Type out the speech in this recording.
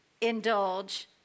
indulge